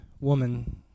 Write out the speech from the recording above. woman